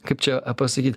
kaip čia pasakyt